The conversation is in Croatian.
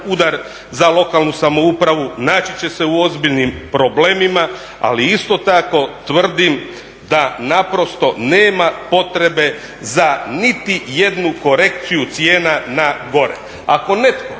udar za lokalnu samoupravu, naći će se u ozbiljnim problemima, ali isto tako tvrdim da naprosto nema potrebe za niti jednu korekciju cijena na gore. Ako netko